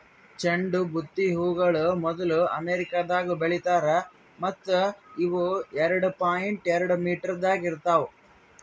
ಚಂಡು ಬುತ್ತಿ ಹೂಗೊಳ್ ಮೊದ್ಲು ಅಮೆರಿಕದಾಗ್ ಬೆಳಿತಾರ್ ಮತ್ತ ಇವು ಎರಡು ಪಾಯಿಂಟ್ ಎರಡು ಮೀಟರದಾಗ್ ಇರ್ತಾವ್